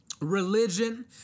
Religion